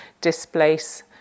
displace